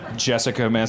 Jessica